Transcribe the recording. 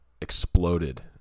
exploded